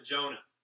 Jonah